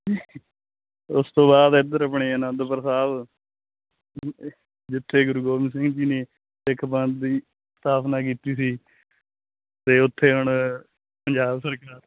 ਉਸ ਤੋਂ ਬਾਅਦ ਇਧਰ ਆਪਣੇ ਆਨੰਦਪੁਰ ਸਾਹਿਬ ਜਿਥੇ ਗੁਰੂ ਗੋਬਿੰਦ ਸਿੰਘ ਜੀ ਨੇ ਸਿੱਖ ਪੰਥ ਦੀ ਸਥਾਪਨਾ ਕੀਤੀ ਸੀ ਤੇ ਉੱਥੇ ਹੁਣ ਪੰਜਾਬ ਸਰਕਾਰ